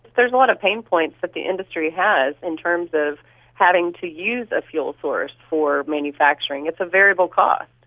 there's a lot of pain points that the industry has in terms of having to use a fuel source for manufacturing. it's a variable cost.